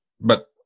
but-